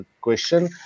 question